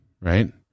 right